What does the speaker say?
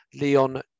Leon